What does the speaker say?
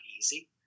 easy